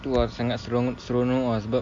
tu ah sangat seronok ah sebab